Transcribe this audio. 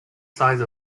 size